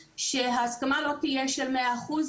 שההסכמה לא תהיה של מאה אחוז,